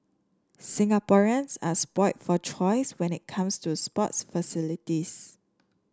Singaporeans are spoilt for choice when it comes to sports facilities